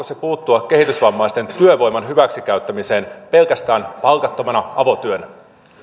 se puuttua kehitysvammaisen työvoiman hyväksikäyttämiseen pelkästään palkattomana avotyönä arvoisa